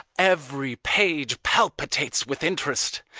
every page palpitates with interest,